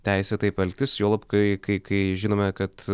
teisę taip elgtis juolab kai kai kai žinome kad